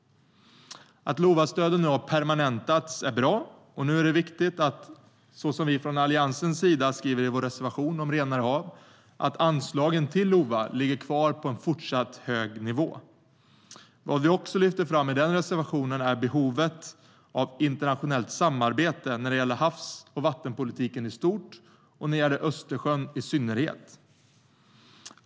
Att LOVA-stödet nu har permanentats är bra, och nu är det viktigt, så som vi från Alliansens sida skriver i vår reservation om renare hav, att anslagen till LOVA ligger kvar på en hög nivå. Vad vi också lyfter fram i den reservationen är behovet av internationellt samarbete när det gäller havs och vattenpolitiken i stort och när det gäller Östersjön i synnerhet.